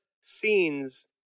scenes